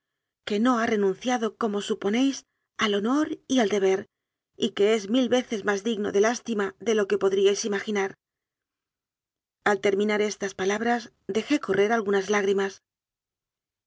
que no ha renunciado como suponéis al honor y al deber y que es mil veces más digno de lástima de lo que podríais ima ginar al terminar estas palabras dejé correr al gunas lágrimas